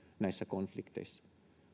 näissä konflikteissa